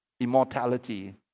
immortality